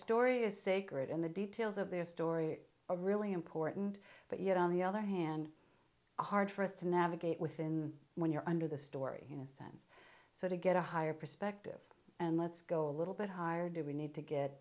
story is sacred in the details of their story are really important but yet on the other hand hard for us to navigate within when you're under the story in a sense so to get a higher perspective and let's go a little bit higher do we need to get